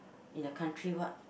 in a country what